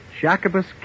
Jacobus